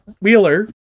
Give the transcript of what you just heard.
Wheeler